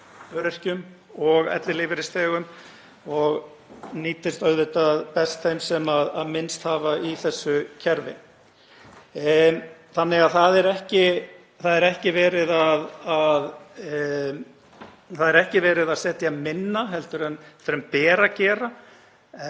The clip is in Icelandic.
öryrkjum og ellilífeyrisþegum og nýtist auðvitað best þeim sem minnst hafa í þessu kerfi. Þannig að það er ekki verið að setja minna heldur en ber að gera